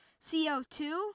CO2